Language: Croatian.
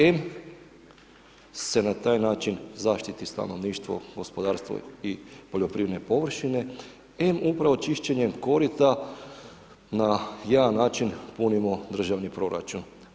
Em se na taj način zaštititi stanovništvo, gospodarstvo i poljoprivredne površine em upravo čišćenjem korita na jedan način punimo državni proračun.